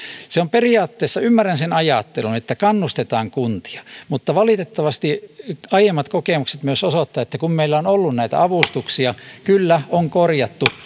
periaatteessa ymmärrän sen ajattelun että kannustetaan kuntia mutta valitettavasti aiemmat kokemukset myös osoittavat että kun meillä on ollut näitä avustuksia niin kyllä on korjattu